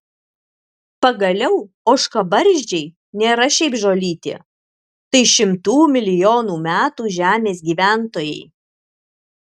pagaliau ožkabarzdžiai nėra šiaip žolytė tai šimtų milijonų metų žemės gyventojai